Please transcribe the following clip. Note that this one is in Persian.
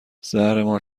زهرمار